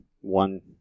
one